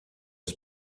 ist